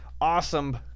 awesome